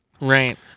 Right